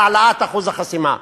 בהעלאת אחוז החסימה,